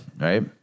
right